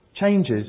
changes